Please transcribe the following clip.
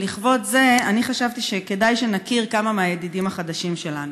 לכבוד זה חשבתי שאנחנו נכיר כמה מהידידים החדשים שלנו: